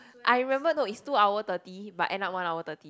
I remember no it's two hour thirty but end up one hour thirty